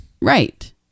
Right